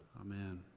amen